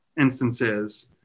instances